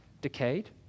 decayed